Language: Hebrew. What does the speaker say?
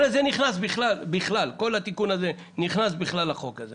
הרי כל התיקון הזה נכנס בכלל לחוק הזה.